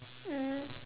mm